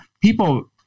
People